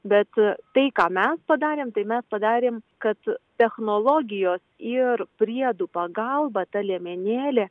bet tai ką mes padarėm tai mes padarėm kad technologijos ir priedų pagalba ta liemenėlė